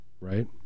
Right